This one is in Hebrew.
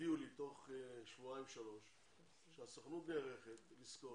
תודיעו לי תוך שבועיים-שלושה שהסוכנות נערכת לשכור